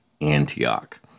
Antioch